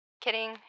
Kidding